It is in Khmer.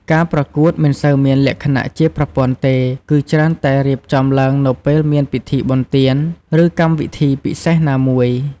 ការប្រកួតមិនសូវមានលក្ខណៈជាប្រព័ន្ធទេ គឺច្រើនតែរៀបចំឡើងនៅពេលមានពិធីបុណ្យទាន ឬកម្មវិធីពិសេសណាមួយ។